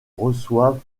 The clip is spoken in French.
reçoivent